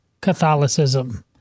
Catholicism